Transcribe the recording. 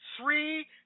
three